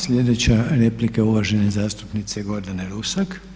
Slijedeća replika je uvažene zastupnice Gordane Rusak.